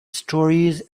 stories